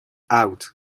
out